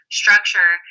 structure